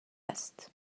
است